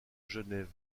genève